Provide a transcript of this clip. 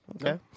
Okay